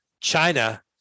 china